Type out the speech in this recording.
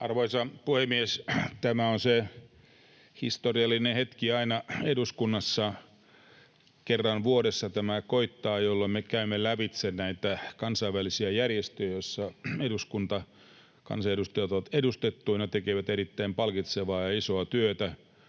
Arvoisa puhemies! Tämä on aina eduskunnassa se historiallinen hetki, kerran vuodessa tämä koittaa, jolloin me käymme lävitse näitä kansainvälisiä järjestöjä, joissa eduskunta, kansanedustajat ovat edustettuina, tekevät erittäin palkitsevaa ja isoa työtä